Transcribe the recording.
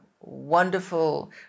wonderful